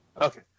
Okay